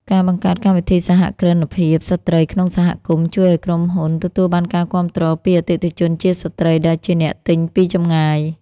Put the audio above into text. ការបង្កើតកម្មវិធីសហគ្រិនភាពស្ត្រីក្នុងសហគមន៍ ជួយឱ្យក្រុមហ៊ុនទទួលបានការគាំទ្រពីអតិថិជនជាស្ត្រីដែលជាអ្នកទិញពីចម្ងាយ។